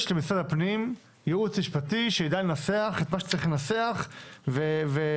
יש למשרד הפנים ייעוץ משפטי שיידע לנסח את מה שצריך לנסח וכולי.